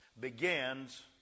begins